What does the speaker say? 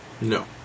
No